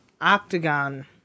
octagon